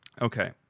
Okay